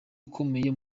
ukomeye